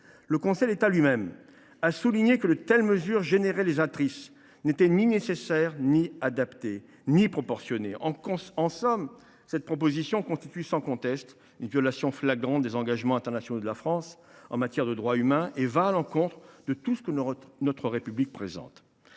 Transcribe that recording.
Le Conseil d’État lui même a souligné que de telles mesures généralisatrices n’étaient ni nécessaires, ni adaptées, ni proportionnées. Cette proposition de loi constitue une violation flagrante des engagements internationaux de la France en matière de droits humains. Elle va à l’encontre de tout ce que notre République représente.